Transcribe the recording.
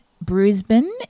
Brisbane